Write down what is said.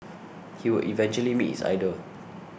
he would eventually meet his idol